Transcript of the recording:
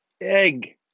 Egg